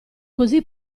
così